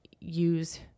use